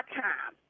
time